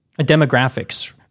demographics